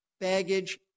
baggage